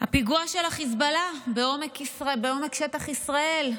הפיגוע של החיזבאללה בעומק שטח ישראל,